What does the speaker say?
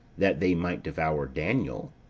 that they might devour daniel.